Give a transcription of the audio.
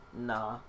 Nah